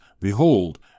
behold